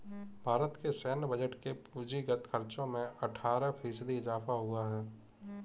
भारत के सैन्य बजट के पूंजीगत खर्चो में अट्ठारह फ़ीसदी इज़ाफ़ा हुआ है